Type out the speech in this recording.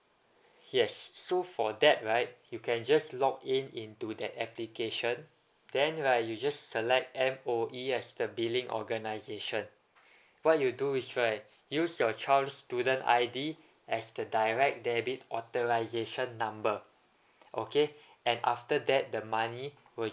yes so for that right you can just login into that application then right you just select M_O_E as the billing organisation what you do is right use your child's student I_D as the direct debit authorisation number okay and after that the money will